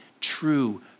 true